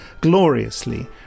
gloriously